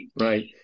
Right